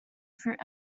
fruit